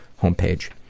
homepage